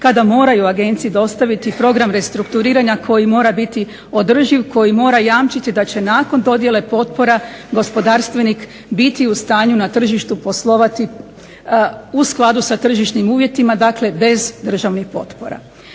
kada moraju agenciji dostaviti program restrukturiranja koji mora biti održiv, koji mora jamčiti da će nakon dodjele potpora gospodarstvenik biti u stanju na tržištu poslovati u skladu sa tržišnim uvjetima, dakle bez državnih potpora.